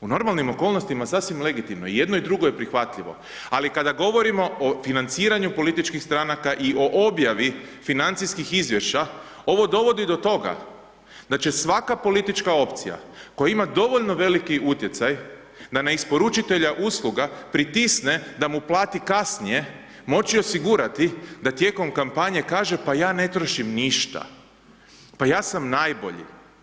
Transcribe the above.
U normalnim okolnostima sasvim legitimno, i jedno i drugo je prihvatljivo, al kada govorimo o financiranju političkih stranaka i o objavi financijskih izvješća ovo dovodi do toga da će svaka politička opcija, koja ima dovoljno veliki utjecaj na ne isporučitelja usluga, pritisne da mu plati kasnije, moći osigurati, da tijekom kampanje kaže, pa ja ne troškom ništa, pa ja sam najbolji.